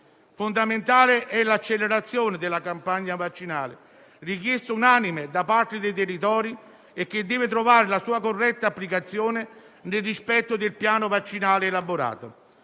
Fondamentale è l'accelerazione della campagna vaccinale, richiesta unanime da parte dei territori e che deve trovare la sua corretta applicazione nel rispetto del piano vaccinale elaborato.